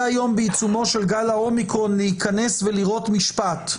היום בעיצומו של גל האומיקרון להיכנס ולראות משפט,